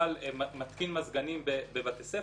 למתקין מזגנים בבתי ספר,